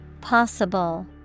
Possible